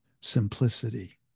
simplicity